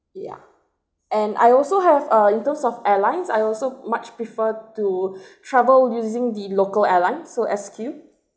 yeah and I also have uh in terms of airlines I also much prefer to travel using the local airlines so S_Q